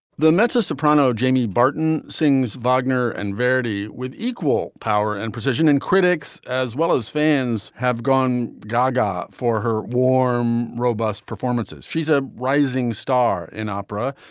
the mezzo soprano jamie barton sings bargainer and verdi with equal power and precision and critics as well as fans have gone gaga for her warm robust performances. she's a rising star in opera.